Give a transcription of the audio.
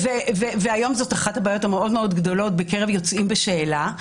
והיום זאת אחת הבעיות המאוד גדולות בקרב יוצאים בשאלה,